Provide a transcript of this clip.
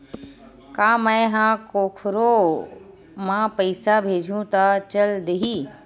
का मै ह कोखरो म पईसा भेजहु त चल देही?